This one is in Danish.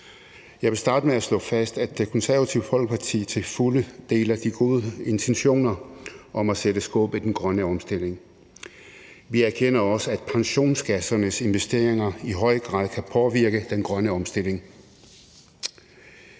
Jeg vil starte med at slå fast, at Det Konservative Folkeparti til fulde deler de gode intentioner om at sætte skub i den grønne omstilling. Vi erkender også, at pensionskassernes investeringer i høj grad kan påvirke den grønne omstilling.